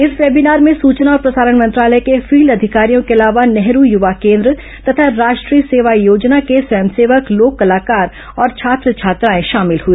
इस वेबीनार में सूचना और प्रसारण मंत्रालय के फील्ड अधिकारियों के अलावा नेहरू युवा केन्द्र तथा राष्ट्रीय सेवा योजना के स्वयंसेवक लोक कलाकार और छात्र छात्राएं शामिल हुए